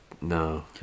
no